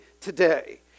today